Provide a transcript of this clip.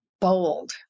Bold